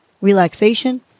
relaxation